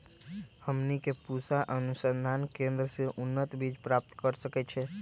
हमनी के पूसा अनुसंधान केंद्र से उन्नत बीज प्राप्त कर सकैछे?